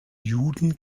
juden